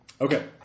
okay